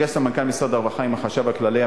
נפגש סמנכ"ל משרד הרווחה עם החשב הכללי,